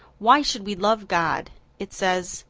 why should we love god it says,